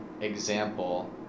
example